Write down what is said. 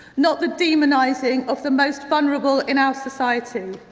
not the demonising of the most vulnerable in our society.